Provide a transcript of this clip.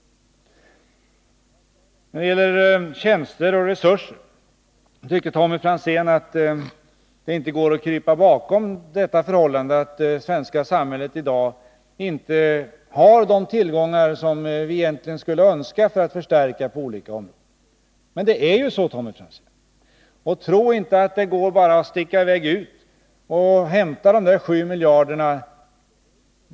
När det gäller tjänster och resurser tyckte Tommy Franzén att det inte går att krypa bakom det förhållandet att det svenska samhället i dag inte har de tillgångar som vi egentligen skulle önska för att förstärka på olika områden. Men det är ju så, Tommy Franzén. Tro inte att det går att bara sticka i väg och hämta de där 7 miljarderna!